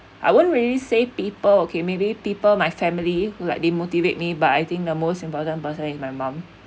I wouldn't really say people okay maybe people my family like they motivate me but I think the most important person is my mum